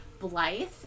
Blythe